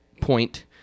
point